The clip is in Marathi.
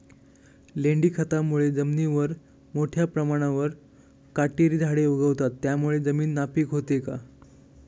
लेंडी खतामुळे जमिनीवर मोठ्या प्रमाणावर काटेरी झाडे उगवतात, त्यामुळे जमीन नापीक होते का?